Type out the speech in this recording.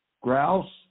grouse